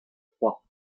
trois